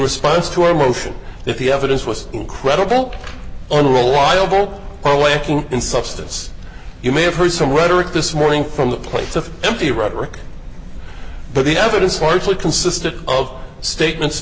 response to our motion if the evidence was incredible unreliable or lacking in substance you may have heard some rhetoric this morning from the place of empty rhetoric but the evidence largely consisted of statements